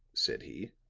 said he,